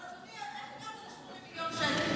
אבל אדוני, איך הגעת ל-8 מיליון שקל?